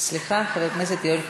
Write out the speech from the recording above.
סליחה, חבר הכנסת יואל חסון,